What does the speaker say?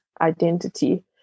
identity